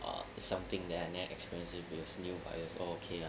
orh something that I never experience with new buyers all okay ah